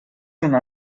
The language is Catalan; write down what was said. una